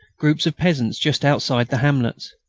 groups of peasants just outside the hamlets.